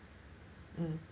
mm